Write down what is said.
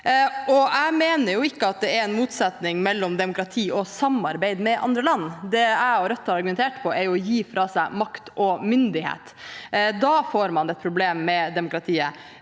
Jeg mener jo ikke at det er en motsetning mellom demokrati og samarbeid med andre land. Det jeg og Rødt har argumentert mot, er å gi fra seg makt og myndighet. Da får man et problem med demokratiet.